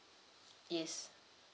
yes